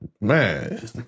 man